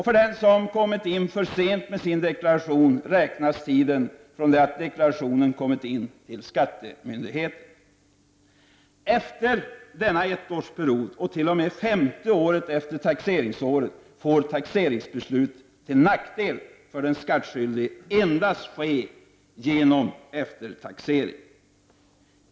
För den som kommit in för sent med sin deklaration räknas tiden från det att deklarationen kommit in till skattemyndigheten. Efter denna ettårsperiod och t.o.m. femte året efter taxeringsåret får taxeringsbeslut till nackdel för den skattskyldige ske endast genom eftertaxering.